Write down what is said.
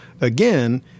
again